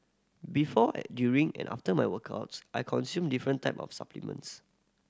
before during and after my workouts I consume different type of supplements